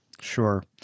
Sure